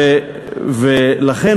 ולכן,